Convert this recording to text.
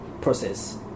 process